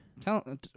Tell